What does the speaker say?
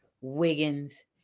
Wiggins